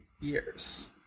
years